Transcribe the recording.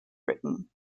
written